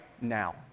now